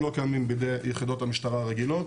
שלא קיימים בידי יחידות המשטרה הרגילות.